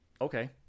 Okay